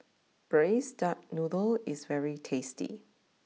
Braised Duck Noodle is very tasty